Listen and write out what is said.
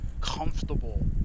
comfortable